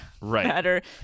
right